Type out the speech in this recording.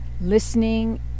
listening